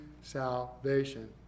salvation